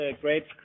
great